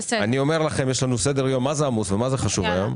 יש לנו סדר-יום עמוס וחשוב היום,